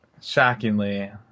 shockingly